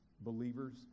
believers